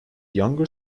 younger